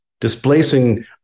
Displacing